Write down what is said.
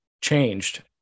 changed